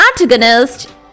antagonist